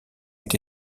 est